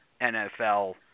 NFL